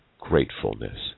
gratefulness